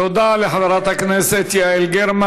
תודה לחברת הכנסת יעל גרמן.